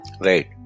right